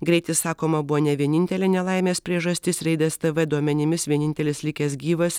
greitis sakoma buvo ne vienintelė nelaimės priežastis raidas tv duomenimis vienintelis likęs gyvas